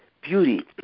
beauty